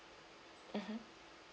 mmhmm